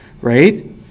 right